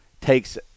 takes